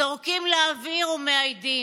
זורקים לאוויר ומאיידים,